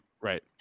Right